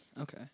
Okay